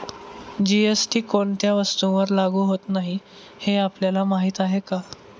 GST कोणत्या वस्तूंवर लागू होत नाही हे आपल्याला माहीत आहे का?